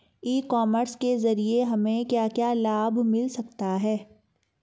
ई commerce के ज़रिए हमें क्या क्या लाभ मिल सकता है?